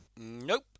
Nope